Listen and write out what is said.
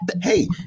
Hey